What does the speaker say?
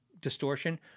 distortion